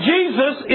Jesus